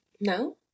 No